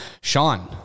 sean